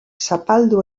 zapaldu